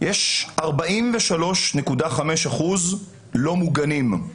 יש 43.5 אחוזים לא מוגנים.